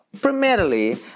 primarily